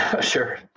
Sure